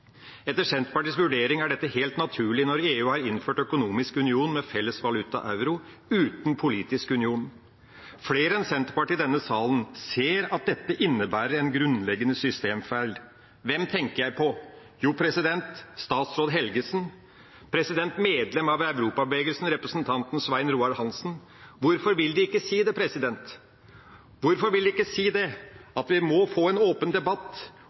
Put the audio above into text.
Etter Senterpartiets vurdering er dette helt naturlig når EU har innført en økonomisk union med en felles valuta, euro, uten en politisk union. Flere i denne salen enn Senterpartiet ser at dette innebærer en grunnleggende systemfeil. Hvem tenker jeg på? Jo, jeg tenker på statsråd Helgesen og medlem av Europabevegelsen, representanten Svein Roald Hansen. Hvorfor vil de ikke si det? Hvorfor vil de ikke si at vi må få en åpen debatt